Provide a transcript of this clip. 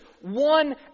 one